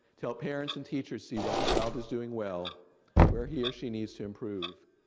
tell parents and teachers see what the child is doing well where he or she needs to improve,